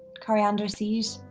coriander seeds,